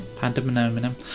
pandemonium